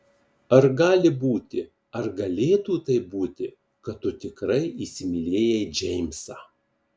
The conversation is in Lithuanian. ar gali būti ar galėtų taip būti kad tu tikrai įsimylėjai džeimsą